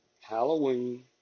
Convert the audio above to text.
Halloween